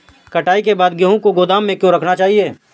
कटाई के बाद गेहूँ को गोदाम में क्यो रखना चाहिए?